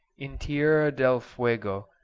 in tierra del fuego,